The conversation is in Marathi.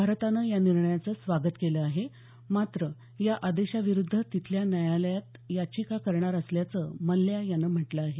भारतानं या निर्णयाचं स्वागत केलं आहे मात्र या आदेशाविरुद्ध तिथल्या न्यायालयात याचिका करणार असल्याचं मल्ल्या यांनी म्हटलं आहे